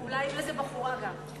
אולי עם איזה בחורה גם.